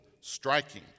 striking